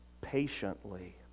patiently